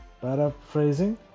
paraphrasing